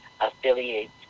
affiliates